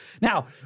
Now